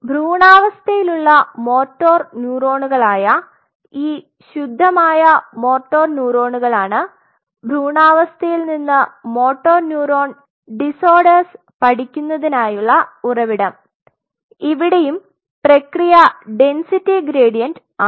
ഭ്രൂണാവസ്ഥയിലുള്ള motor ന്യൂറോണുകളായ ഈ ശുദ്ധമായ മോട്ടോർ ന്യൂറോണുകളാണ് ഭ്രൂണവ്യവസ്ഥയിൽ നിന്ന് മോട്ടോർ ന്യൂറോൺ ഡിസോർഡേഴ്സ് പഠിക്കുന്നതിനായുള്ള ഉറവിടം ഇവിടെയും പ്രക്രിയ ഡെന്സിറ്റി ഗ്രേഡിയന്റ് ആണ്